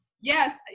Yes